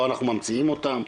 לא אנחנו ממציאים אותם,